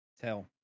tell